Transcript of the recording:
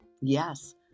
Yes